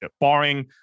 Barring